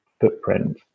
footprint